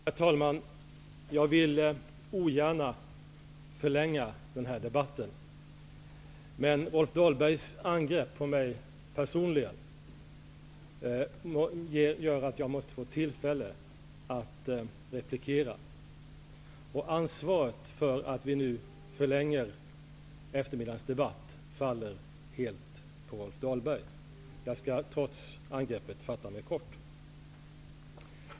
Herr talman! Jag ville ogärna förlänga den här debatten, men Rolf Dahlbergs angrepp på mig personligen gör att jag måste få tillfälle att replikera. Ansvaret för att vi nu förlänger eftermiddagens debatt faller helt på Rolf Dahlberg. Jag skall, trots angreppet, fatta mig kort.